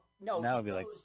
no